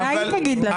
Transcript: אולי היא תגיד לנו.